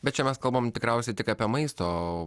bet čia mes kalbame tikriausiai tik apie maisto